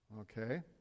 okay